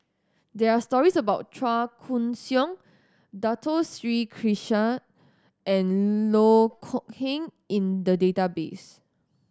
there are stories about Chua Koon Siong Dato Sri Krishna and Loh Kok Heng in the database